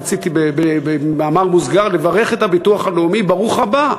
רציתי במאמר מוסגר לברך את הביטוח הלאומי: ברוך הבא.